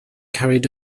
carried